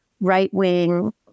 Right-wing